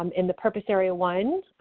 um in the purpose area one,